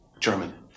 German